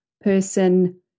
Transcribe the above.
person